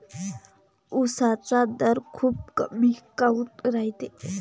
उसाचा दर खूप कमी काऊन रायते?